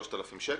3,000 שקל.